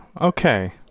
okay